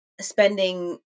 spending